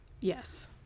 yes